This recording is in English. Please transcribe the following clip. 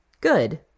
Good